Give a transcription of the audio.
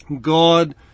God